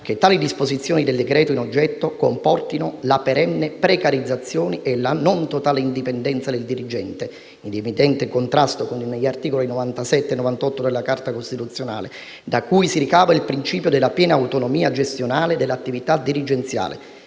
che le disposizioni del decreto in oggetto comportino la perenne precarizzazione e la non totale indipendenza del dirigente, in evidente contrasto con gli articoli 97 e 98 della Costituzione, da cui si ricava il principio della piena autonomia gestionale dell'attività dirigenziale,